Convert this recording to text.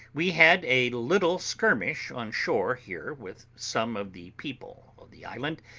we had a little skirmish on shore here with some of the people of the island,